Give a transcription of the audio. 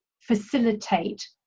facilitate